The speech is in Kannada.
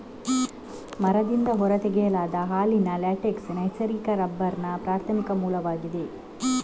ಮರದಿಂದ ಹೊರ ತೆಗೆಯಲಾದ ಹಾಲಿನ ಲ್ಯಾಟೆಕ್ಸ್ ನೈಸರ್ಗಿಕ ರಬ್ಬರ್ನ ಪ್ರಾಥಮಿಕ ಮೂಲವಾಗಿದೆ